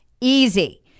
Easy